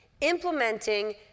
implementing